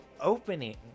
opening